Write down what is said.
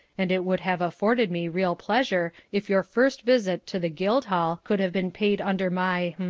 and it would have afforded me real pleasure if your first visit to the guildhall could have been paid under my